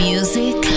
Music